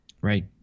Right